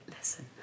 listen